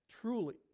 truly